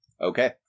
Okay